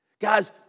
Guys